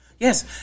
Yes